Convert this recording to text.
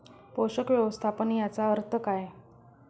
पोषक व्यवस्थापन याचा अर्थ काय?